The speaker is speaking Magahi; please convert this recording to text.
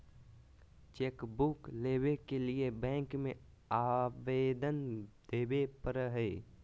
चेकबुक लेबे के लिए बैंक में अबेदन देबे परेय हइ